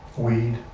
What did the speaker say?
weed?